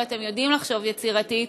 ואתם יודעים לחשוב יצירתית,